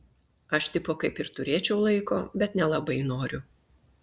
aš tipo kaip ir turėčiau laiko bet nelabai noriu